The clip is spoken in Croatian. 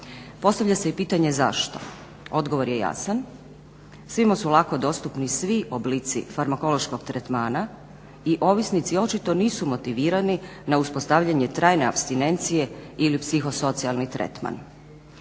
Postavlja se i pitanje zašto? Odgovor je jasan, svima su lako dostupni svi oblici farmakološkog tretmana i ovisnici očito nisu motivirani na uspostavljanje trajne apstinencije ili psihosocijalni tretman.